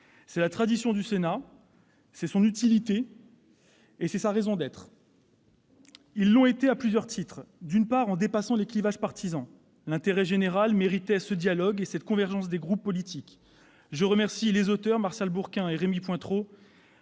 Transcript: à la tradition du Sénat, à son utilité et à sa raison d'être. Ils l'ont été à plusieurs titres. Ils l'ont été, d'une part, en dépassant les clivages partisans. L'intérêt général méritait ce dialogue et cette convergence des groupes politiques. Je remercie les auteurs, Martial Bourquin et Rémy Pointereau,